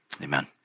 Amen